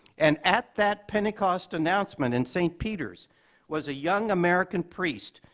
and at that pentecost announcement in saint peter's was a young american priest,